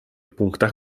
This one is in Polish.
punktach